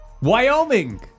Wyoming